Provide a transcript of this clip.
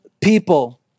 people